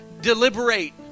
deliberate